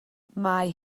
mae